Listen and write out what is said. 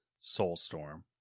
Soulstorm